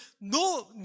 no